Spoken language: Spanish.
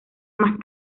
más